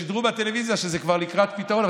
שידרו מהטלוויזיה שזה כבר לקראת פתרון.